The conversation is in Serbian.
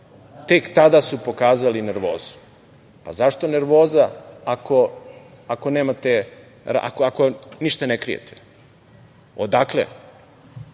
tek tada su pokazali nervozu. Pa zašto nervoza, ako ništa ne krijete? Odakle,